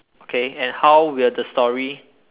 okay and how will the story